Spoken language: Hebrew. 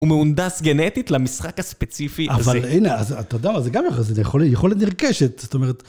הוא מהונדס גנטית למשחק הספציפי הזה. אבל הנה, אז אתה יודע מה? זה גם יכול... זה יכולת נרכשת, זאת אומרת...